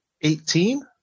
Eighteen